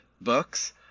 books